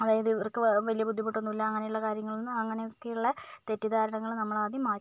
അതായത് ഇവർക്ക് വലിയ ബുദ്ധിമുട്ടൊന്നും ഇല്ല അങ്ങനെയുള്ള കാര്യങ്ങളൊന്നും അങ്ങനെ ഒക്കെ ഉള്ള തെറ്റിദ്ധാരണകൾ നമ്മൾ ആദ്യം മാറ്റുക